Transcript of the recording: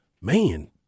man